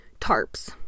Tarps